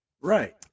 Right